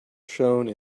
shone